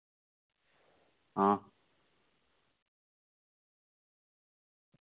हां